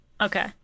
Okay